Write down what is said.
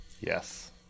Yes